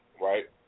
right